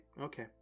Okay